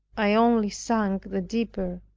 i only sunk the deeper,